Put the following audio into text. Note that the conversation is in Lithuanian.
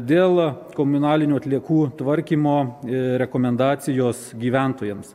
dėl komunalinių atliekų tvarkymo rekomendacijos gyventojams